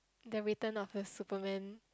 the return of the superman